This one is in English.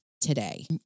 Today